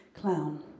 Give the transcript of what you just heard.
clown